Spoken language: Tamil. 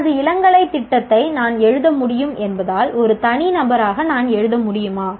எனது இளங்கலை திட்டத்தை நான் எழுத முடியும் என்பதால் ஒரு தனிநபராக நான் எழுத முடியுமா